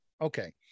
Okay